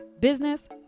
Business